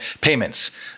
payments